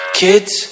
kids